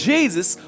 Jesus